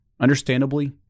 Understandably